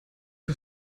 een